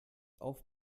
auf